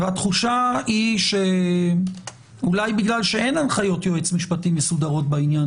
התחושה היא שאולי בגלל שאין הנחיות יועץ משפטי מסודרות בעניין,